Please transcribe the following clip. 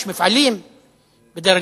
יש מפעלים בדיר-אל-אסד?